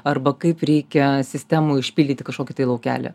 arba kaip reikia sistemoj užpildyti kažkokį tai laukelį